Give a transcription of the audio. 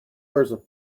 versa